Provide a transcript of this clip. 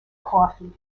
coffee